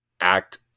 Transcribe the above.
act